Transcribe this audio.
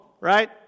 right